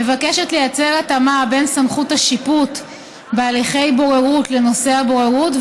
מבקשת לייצר התאמה בין סמכות השיפוט בהליכי בוררות לנושא הבוררות,